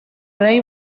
rey